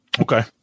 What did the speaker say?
Okay